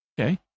Okay